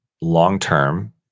long-term